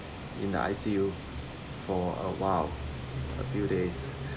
in the I_C_U for a while a few days